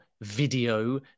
video